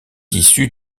issus